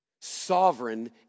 sovereign